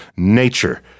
Nature